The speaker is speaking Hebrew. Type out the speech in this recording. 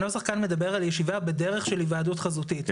הנוסח כאן מדבר על ישיבה בדרך של היוועדות חזותית,